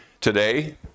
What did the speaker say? today